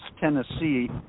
Tennessee